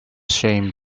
shame